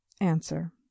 answer